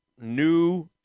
new